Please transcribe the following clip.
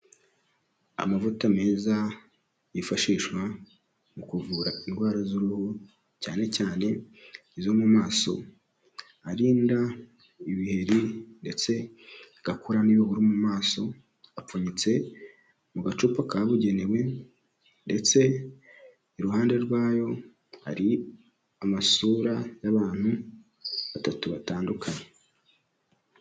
Amavuta meza yifashishwa mu kuvura indwara z'uruhu cyane cyane izo mu maso, arinda ibiheri ndetse agakura n'ibihuru mu maso, apfunyitse mu gacupa kabugenewe, ndetse iruhande rwayo hari amasura y'abantu batatu batandukanye.